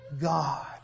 God